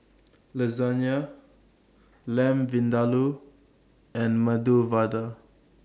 Lasagne Lamb Vindaloo and Medu Vada